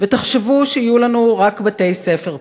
ותחשבו שיהיו לנו רק בתי-ספר פרטיים,